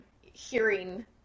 hearing